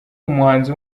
umuhanzi